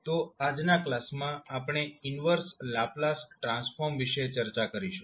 તો આજના કલાસમાં આપણે ઈન્વર્સ લાપ્લાસ ટ્રાન્સફોર્મ વિશે ચર્ચા કરીશું